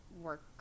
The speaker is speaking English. work